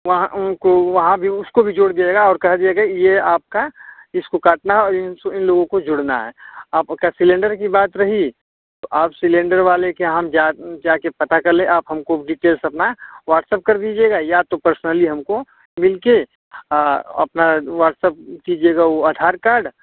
वहाँ उनको वहाँ भी उसको भी जोड़ दिया जिएगा और कह दिया जाएगा ये आपका इसको काटना है इन सो इन लोगों को जोड़ना है आपका सिलेंडर की बात रहीं तो आप सिलेंडर वाले के यहाँ हम जा जाकर पता कर लें आप हमको डिटेल्स अपना व्हाट्सएप कर दीजिएगा या तो पर्सनली हमको मिल कर आ अपना व्हाट्सएप कीजिएगा वो आधार कार्ड